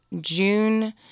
June